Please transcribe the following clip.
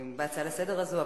בהצעה הזאת לסדר-היום,